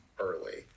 early